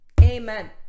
Amen